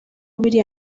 biriya